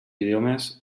idiomes